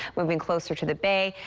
moving closer to the bay,